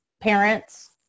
parents